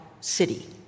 city